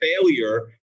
failure